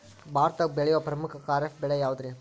ಭಾರತದಾಗ ಬೆಳೆಯೋ ಪ್ರಮುಖ ಖಾರಿಫ್ ಬೆಳೆ ಯಾವುದ್ರೇ?